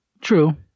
True